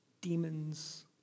demons